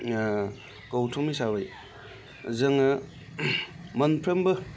गौथुम हिसाबै जोङो मोनफ्रोमबो